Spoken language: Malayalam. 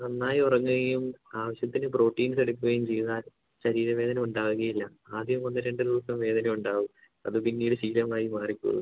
നന്നായി ഉറങ്ങുകയും ആവശ്യത്തിന് പ്രോട്ടീൻസ് എടുക്കുകയും ചെയ്താൽ ശരീരവേദന ഉണ്ടാവുകയില്ല ആദ്യം ഒന്ന് രണ്ട് ദിവസം വേദന ഉണ്ടാവും അത് പിന്നീട് ശീലമായി മാറിക്കോളും